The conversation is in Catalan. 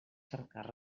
cercar